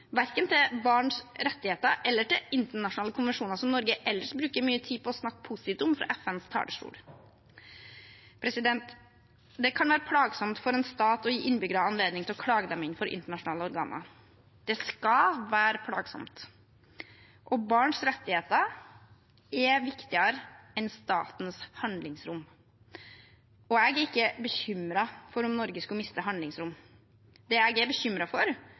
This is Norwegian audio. verken til barns rettigheter eller til internasjonale konvensjoner som Norge ellers bruker mye tid på å snakke positivt om fra FNs talerstol. Det kan være plagsomt for en stat å gi innbyggere anledning til å klage dem inn for internasjonale organer – det skal være plagsomt. Barns rettigheter er viktigere enn statens handlingsrom. Jeg er ikke bekymret for at Norge skal miste handlingsrom. Det jeg er bekymret for,